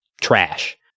trash